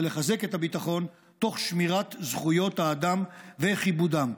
ולחזק את הביטחון תוך שמירת זכויות האדם וכיבודם.